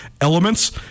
elements